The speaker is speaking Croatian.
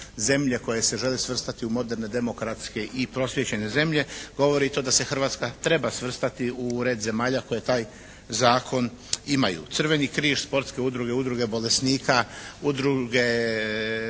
koje se žele svrstati u moderne demokratske i prosvijećene zemlje, govori i to da se Hrvatska treba svrstati u red zemalja koje taj zakon imaju. Crveni križ, sportske udruge, udruge bolesnika, udruge